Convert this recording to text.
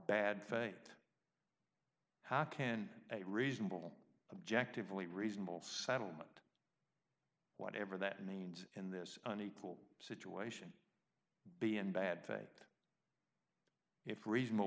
bad fate how can a reasonable objective only reasonable settlement whatever that means in this unequal situation be in bad faith if reasonable